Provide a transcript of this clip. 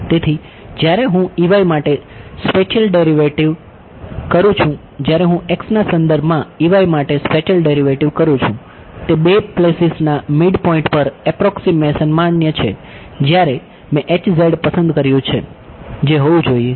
તેથી જ્યારે હું માટે સ્પેટિયલ ડેરિવેટિવ કરું છું જ્યારે હું x ના સંદર્ભમાં માટે સ્પેટિયલ ડેરિવેટિવ કરું છું તે 2 પ્લેસિસના મિડપોઈન્ટ પર એપ્રોક્સીમેશન માન્ય છે જ્યાં મેં પસંદ કર્યું છે જે હોવું જોઈએ